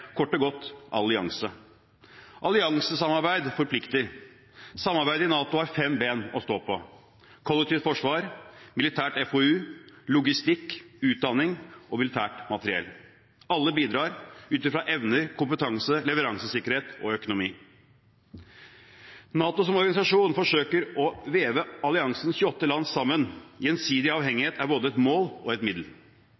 kort og godt allianse. Alliansesamarbeid forplikter. Samarbeidet i NATO har fem ben å stå på: kollektivt forsvar, militært FoU, logistikk, utdanning og militært materiell. Alle bidrar ut fra evne, kompetanse, leveransesikkerhet og økonomi. NATO som organisasjon forsøker å veve alliansens 28 land sammen. Gjensidig avhengighet er både et mål og et middel.